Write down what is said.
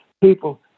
people